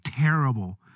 terrible